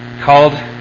called